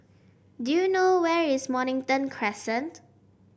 do you know where is Mornington Crescent